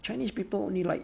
chinese people only like